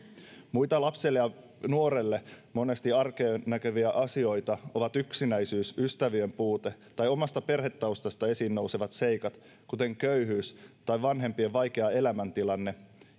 muita lapselle ja nuorelle monesti arkeen näkyviä asioita ovat yksinäisyys ystävien puute tai omasta perhetaustasta esiin nousevat seikat kuten köyhyys tai vanhempien vaikea elämäntilanne